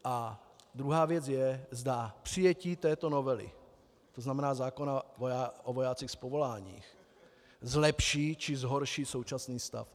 A druhá věc je, zda přijetí této novely, to znamená zákona o vojácích z povolání, zlepší, či zhorší současný stav.